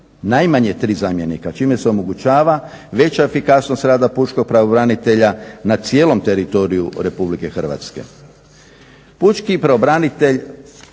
najmanje tri zamjenika, čime se omogućava veća efikasnost rada pučkog pravobranitelja na cijelom teritoriju RH. Pučki pravobranitelj